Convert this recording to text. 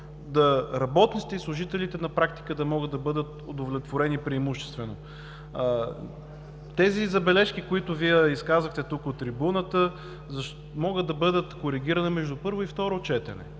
работниците и служителите на практика да могат да бъдат удовлетворени преимуществено. Забележките, които изказахте тук, от трибуната, могат да бъдат коригирани между първо и второ четене